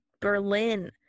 Berlin